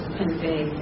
convey